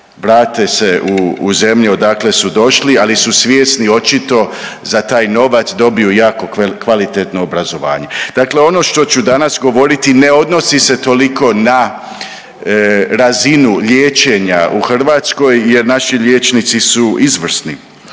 vrate se u zemlju odakle su došli ali su svjesni očito za taj novac dobiju jako kvalitetno obrazovanje. Dakle, ono što ću danas govoriti ne odnosi se toliko na razinu liječenja u Hrvatskoj, jer naši liječnici su izvrsni,